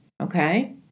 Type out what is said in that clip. okay